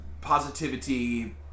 positivity